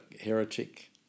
heretic